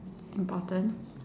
important